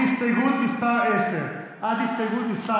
הסתייגות מס' 10 עד הסתייגות מס'